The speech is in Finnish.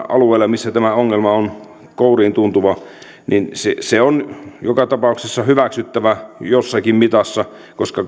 alueilla missä tämä ongelma on kouriintuntuva se se on joka tapauksessa hyväksyttävä jossakin mitassa koska